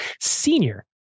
senior